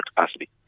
capacity